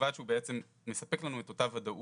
ובלבד שהוא מספק לנו את אותה ודאות.